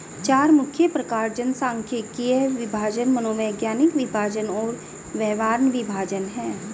चार मुख्य प्रकार जनसांख्यिकीय विभाजन, मनोवैज्ञानिक विभाजन और व्यवहार विभाजन हैं